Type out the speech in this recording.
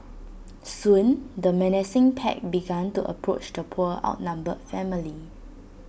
soon the menacing pack began to approach the poor outnumbered family